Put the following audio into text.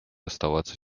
оставаться